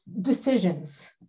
decisions